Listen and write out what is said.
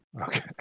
Okay